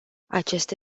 aceste